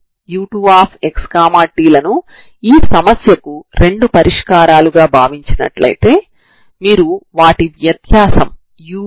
ఇప్పుడు radial symmetric పరిష్కారాలను కనుక్కోండి అంటే ధ్రువ కోఆర్డినేట్ లలో వుండే పరిష్కారాలు